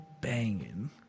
banging